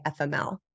FML